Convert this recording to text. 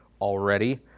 already